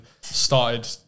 started